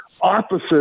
opposite